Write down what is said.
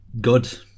Good